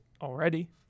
already